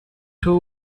two